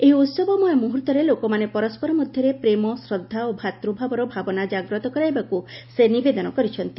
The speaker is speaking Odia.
ଏହି ଉହବମୟ ମୁହର୍ତ୍ତରେ ଲୋକମାନେ ପରସ୍କର ମଧ୍ୟରେ ପ୍ରେମ ଶ୍ରଦ୍ଧା ଓ ଭ୍ରାତୂଭାବର ଭାବନା ଜାଗ୍ରତ କରାଇବାକୁ ସେ ନିବେଦନ କରିଛନ୍ତି